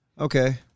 okay